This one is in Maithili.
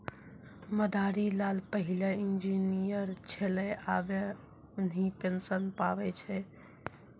मदारी लाल पहिलै इंजीनियर छेलै आबे उन्हीं पेंशन पावै छै